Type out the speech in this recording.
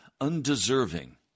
undeserving